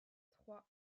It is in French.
trois